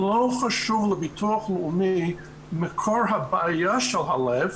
לא חשוב לביטוח הלאומי מקור הבעיה של הלב,